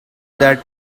that